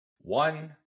one